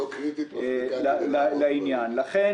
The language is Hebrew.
לכן,